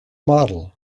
model